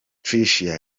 tricia